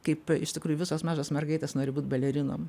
kaip iš tikrųjų visos mažos mergaitės nori būt balerinom